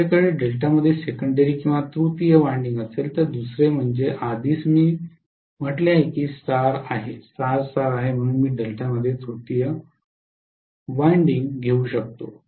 जर माझ्याकडे डेल्टामध्ये सेकंडेरी वायंडिंग किंवा तृतीय वायंडिंग असेल तर दुसरे म्हणजे आधीच मी म्हटलं आहे की स्टार आहे स्टार स्टार आहे म्हणून मी डेल्टामध्ये तृतीय वायंडिंग घेऊ शकतो